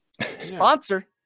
Sponsor